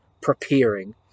preparing